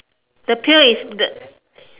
the pail is the